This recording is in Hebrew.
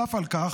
נוסף על כך,